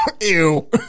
Ew